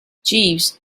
jeeves